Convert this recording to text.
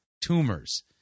tumors